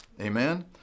amen